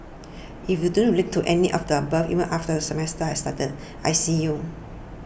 if you don't relate to any of the above even after the semester has started I see you